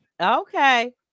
okay